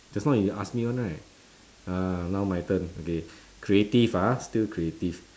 just now you ask me one right ah now my turn okay creative ah still creative